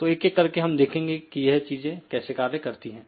तो एक एक करके हम देखेंगे कि यह चीजें कैसे कार्य करती हैं